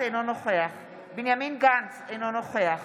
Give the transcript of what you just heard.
אינו נוכח בנימין גנץ, אינו נוכח